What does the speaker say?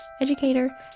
educator